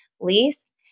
lease